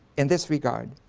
in this regard.